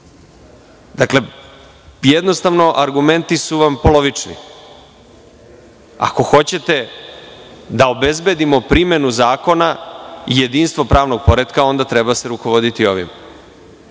Dakle, jednostavno, argumenti su vam polovični. Ako hoćete da obezbedimo primenu zakona i jedinstvo pravnog poretka, onda se treba rukovoditi ovim. Sa